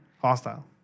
Hostile